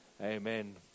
amen